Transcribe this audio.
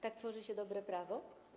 Tak tworzy się dobre prawo?